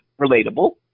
relatable